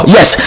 Yes